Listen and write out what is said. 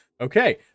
Okay